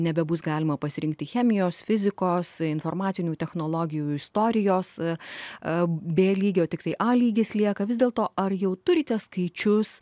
nebebus galima pasirinkti chemijos fizikos informacinių technologijų istorijos a b lygio tiktai atlygis lieka vis dėl to ar jau turite skaičius